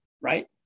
right